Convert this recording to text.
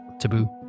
Taboo